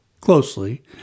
closely